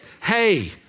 Hey